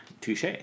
Touche